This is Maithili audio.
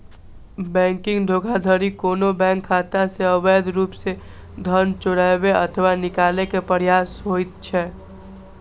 बैंकिंग धोखाधड़ी कोनो बैंक खाता सं अवैध रूप सं धन चोराबै अथवा निकाले के प्रयास होइ छै